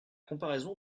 comparaison